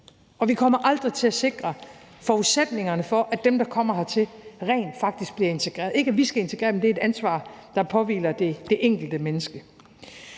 og vi kommer aldrig til at sikre forudsætningerne for, at dem, der kommer hertil, rent faktisk bliver integreret. Det er ikke sådan, at vi skal integrere dem, men det er et ansvar, der påhviler det enkelte menneske.